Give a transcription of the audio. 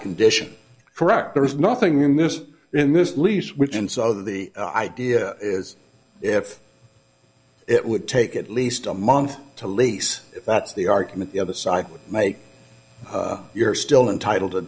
condition correct there is nothing in this in this lease which and so the idea is if it would take at least a month to lease that's the argument the other side would make you're still entitle to